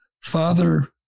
father